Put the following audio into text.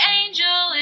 angel